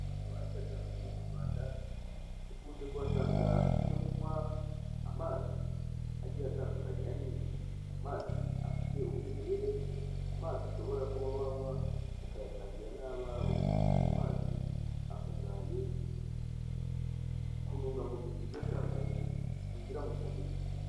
Ahagiye hatandukanye mu Rwanda dukunze kuhasanga ibyo kunywa amazi agiye atandukanye ya niri(Nil).Amazi afite umwimerere ,amazi ushobora kuba wanywa ukayasangira nabawe .Ayo mazi akungahaye ku ntunga mubiri zigiye zitandukanye zinjira mu mubiri.